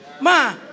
Ma